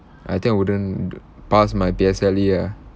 I think I wouldn't pass my P_S_L_E ah